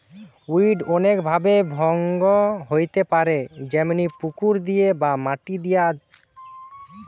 weed অনেক ভাবে ভঙ্গ হইতে পারে যেমনি পুকুর দিয়ে বা মাটি দিয়া